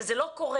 וזה לא קורה,